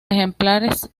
ejemplares